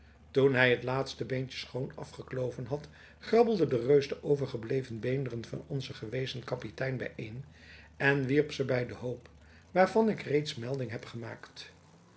toen hij het laatste beentje schoon afgekloven had grabbelde de reus de overgebleven beenderen van onzen gewezen kapitein bijeen en wierp ze bij den hoop waarvan ik reeds melding heb gemaakt